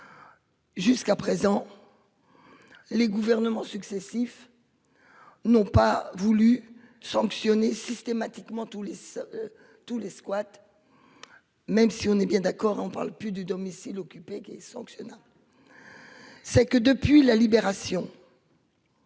Jusqu'à présent. Les gouvernements successifs. N'ont pas voulu sanctionner systématiquement tous les. Tous les squats. Même si on est bien d'accord, on parle plus du domicile occupé qui sanctionnant. C'est que depuis la Libération.